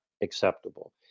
acceptable